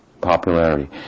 popularity